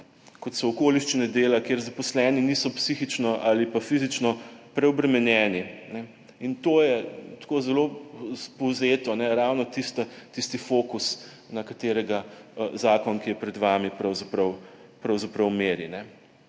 kot so okoliščine dela, kjer zaposleni niso psihično ali pa fizično preobremenjeni. In to je, tako zelo povzeto, ravno tisti fokus, na katerega zakon, ki je pred vami, pravzaprav meri.